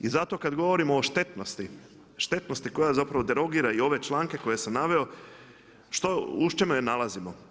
I zato kad govorimo o štetnosti, štetnosti koja zapravo derogira i ove članke koje sam naveo u čemu je nalazimo?